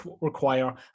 require